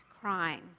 crying